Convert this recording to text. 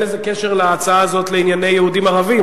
אין קשר בהצעה הזאת לענייני יהודים ערבים,